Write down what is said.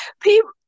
People